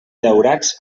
daurats